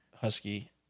husky